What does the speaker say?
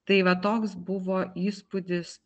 tai va toks buvo įspūdis